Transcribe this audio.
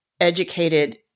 educated